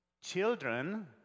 children